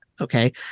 Okay